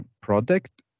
product